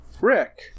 Rick